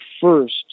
first